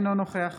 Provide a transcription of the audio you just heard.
אינו נוכח